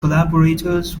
collaborators